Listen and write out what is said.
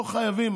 לא חייבים.